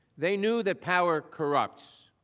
they knew that power corrupts.